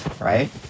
right